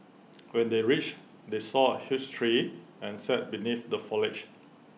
when they reached they saw A huge tree and sat beneath the foliage